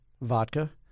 vodka